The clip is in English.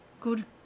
Good